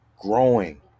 growing